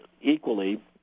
equally